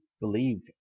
believe